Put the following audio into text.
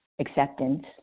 acceptance